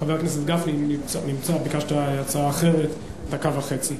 חבר הכנסת גפני, הצעה אחרת, דקה וחצי.